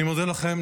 אני מודה לכם.